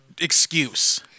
Excuse